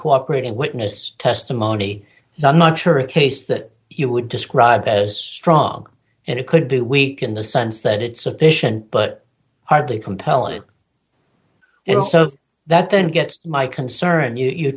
cooperating witness testimony so i'm not sure if case that you would describe as strong and it could be weak in the sense that it's sufficient but hardly compelling it also that then gets my concern you